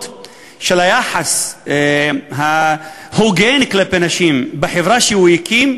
של היחס ההוגן כלפי נשים בחברה שהוא הקים,